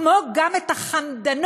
כמו גם את החמדנות